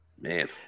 Man